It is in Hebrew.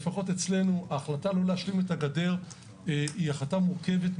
לפחות אצלנו ההחלטה לא להשלים את הגדר היא החלטה מורכבת,